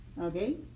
okay